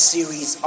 Series